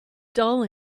dull